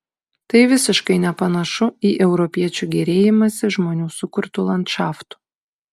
tai visiškai nepanašu į europiečių gėrėjimąsi žmonių sukurtu landšaftu